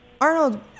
Arnold